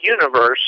universe